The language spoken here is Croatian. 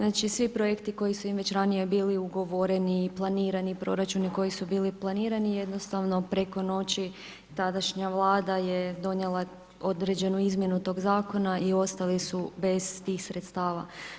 Dakle, svi projekti koji su već ranije bili dogovoreni, planirani proračuni koji su bili planirani jednostavno, preko noći, tadašnja Vlada je donijela određene izmjene tog zakona i ostali su bez tih sredstava.